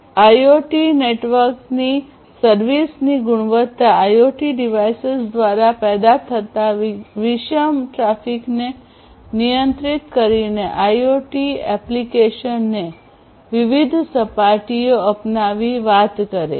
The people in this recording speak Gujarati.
આઇઓટી નેટવર્કની સર્વિસની ગુણવત્તા આઇઓટી ડિવાઇસીસ દ્વારા પેદા થતા વિષમ ટ્રાફિકને નિયંત્રિત કરીને આઇઓટી એપ્લિકેશનને વિવિધ સપાટીઓ આપવાની વાત કરે છે